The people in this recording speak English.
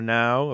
now